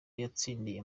yatsindiye